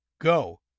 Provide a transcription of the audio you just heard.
go